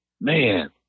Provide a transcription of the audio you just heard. man